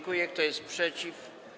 Kto jest przeciw?